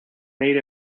made